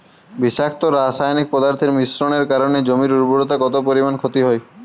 বিষাক্ত রাসায়নিক পদার্থের মিশ্রণের কারণে জমির উর্বরতা কত পরিমাণ ক্ষতি হয়?